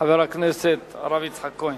חבר הכנסת הרב יצחק כהן.